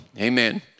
Amen